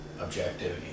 objectivity